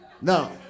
no